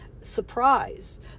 surprise